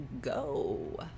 go